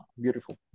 beautiful